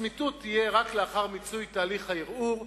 הצמיתות יהיה רק לאחר מיצוי תהליך הערעור,